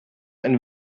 ein